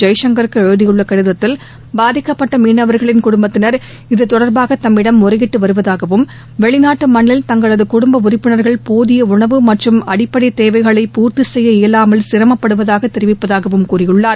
ஜெய்சங்கருக்கு எழுதியுள்ள கடிதத்தில் பாதிக்கப்பட்ட மீளவர்களின் குடும்பத்தினர் இது தொடர்பாக தம்மிடம் முறையிட்டு வருவதாகவும் வெளிநாட்டு மண்ணில் தங்களது குடும்ப உறுப்பினா்கள் போதிய உணவு மற்றும் அடிப்படை தேவைகளை பூர்த்தி செய்ய இயலாமல் சிரமப்படுவதாக தெரிவிப்பதாகவும் கூறியுள்ளார்